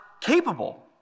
capable